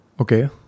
okay